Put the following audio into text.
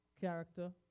character